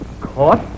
Caught